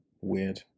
Weird